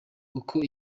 uko